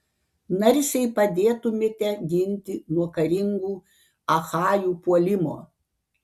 narsiai padėtumėte ginti nuo karingų achajų puolimo